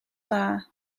dda